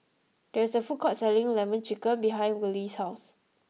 there is a food court selling lemon chicken behind Wiley's house